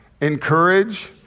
encourage